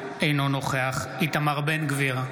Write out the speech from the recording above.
אינו נוכח איתמר בן גביר,